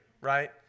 Right